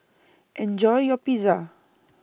Enjoy your Pizza